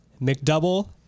McDouble-